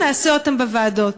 נעשה אותם בוועדות.